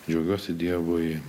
džiaugiuosi dievui